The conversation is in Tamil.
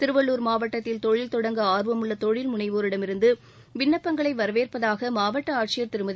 திருவள்ளுர் மாவட்டத்தில் தொழில் தொடங்க ஆர்வமுள்ள தொழில் முனைவோரிடமிருந்து விண்ணப்பங்களை வரவேற்பதாக மாவட்ட ஆட்சியர் திருமதி